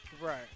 Right